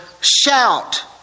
shout